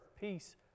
peace